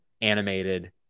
animated